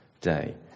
day